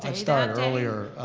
like start earlier,